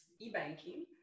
e-banking